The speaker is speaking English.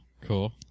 Cool